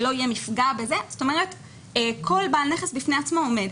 זאת אומרת כל בעל נכס בפני עצמו עומד.